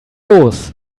los